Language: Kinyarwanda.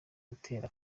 gutera